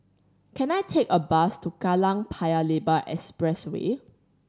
can I take a bus to Kallang Paya Lebar Expressway